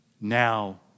Now